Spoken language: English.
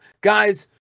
guys